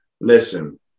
Listen